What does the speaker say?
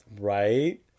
Right